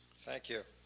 thank you.